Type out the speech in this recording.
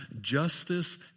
justice